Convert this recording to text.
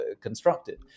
constructed